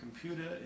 computer